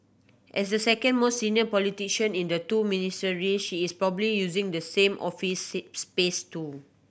as the second most senior politician in the two Ministries she is probably using the same office space too